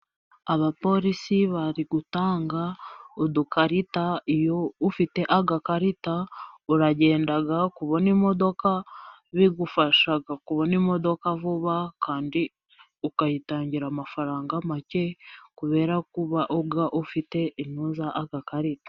Abapolisi bari gutanga udukarita iyo ufite agakarita uragenda bigufasha kubona imodoka vuba, kandi ukayitangira amafaranga make kubera ko uba ufite inuza agakarita.